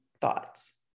thoughts